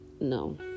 No